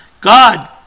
God